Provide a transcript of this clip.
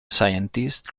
scientist